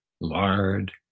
lard